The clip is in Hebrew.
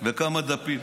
ושלו בלבד.